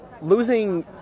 losing